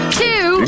two